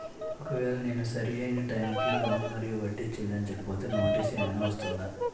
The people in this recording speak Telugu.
ఒకవేళ నేను సరి అయినా టైం కి లోన్ మరియు వడ్డీ చెల్లించకపోతే నోటీసు ఏమైనా వస్తుందా?